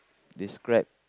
describe